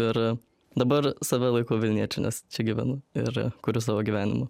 ir dabar save laikau vilniečiu nes čia gyvenu ir kuriu savo gyvenimą